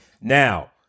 Now